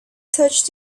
touched